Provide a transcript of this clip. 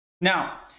now